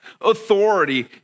authority